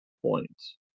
Points